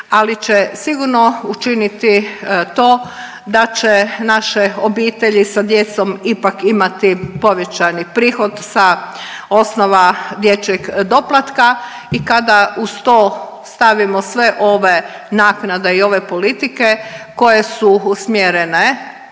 ali će sigurno učiniti to da će naše obitelji sa djecom ipak imati povećani prihod sa osnova dječjeg doplatka. I kada uz to stavimo sve ove naknade i ove politike koje su usmjerene